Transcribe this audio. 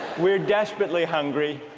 we're desperately hungry,